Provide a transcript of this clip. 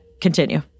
continue